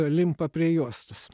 limpa prie juostos